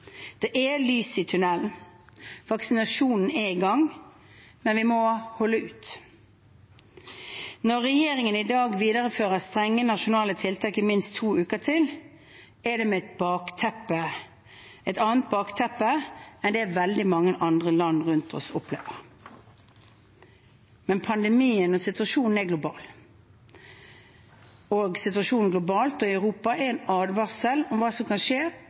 Det er lys i tunnelen. Vaksinasjonen er i gang. Vi må holde ut. Når regjeringen i dag viderefører strenge nasjonale tiltak i minst to uker til, er det med et annet bakteppe enn det veldig mange land rundt oss opplever. Men pandemien og situasjonen er global, og situasjonen globalt og i Europa er en advarsel om hva som kan skje